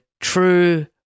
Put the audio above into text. true